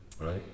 right